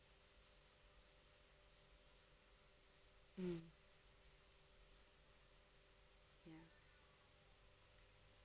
hmm ya